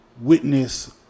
witness